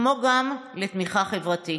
כמו גם בתמיכה חברתית.